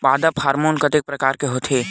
पादप हामोन के कतेक प्रकार के होथे?